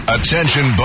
Attention